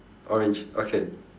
orange okay